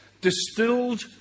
distilled